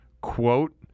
quote